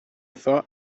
thought